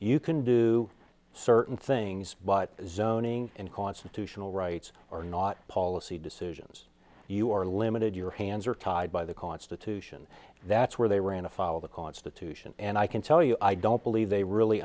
you can do certain things but zoning in constitutional rights are not policy decisions you are limited your hands are tied by the constitution that's where they ran afoul of the constitution and i can tell you i don't believe they really